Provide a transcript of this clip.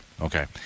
okay